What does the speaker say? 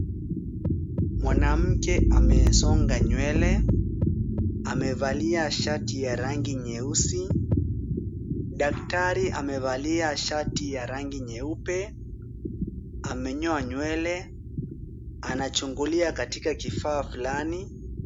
Mwanamke amesonga nywele, amevalia shati ya rangi nyeusi. Daktari amevalia shati ya rangi nyeupe, amenyoa nywele, anachungulia katika kifaa fulani .